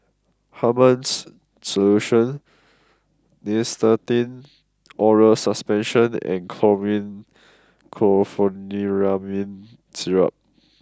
Hartman's Solution Nystatin Oral Suspension and Chlormine Chlorpheniramine Syrup